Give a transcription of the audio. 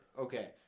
Okay